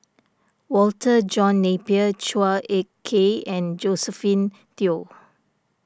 Walter John Napier Chua Ek Kay and Josephine Teo